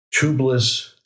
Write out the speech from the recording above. tubeless